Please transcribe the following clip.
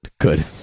Good